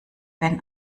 wenn